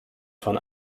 von